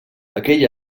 aquell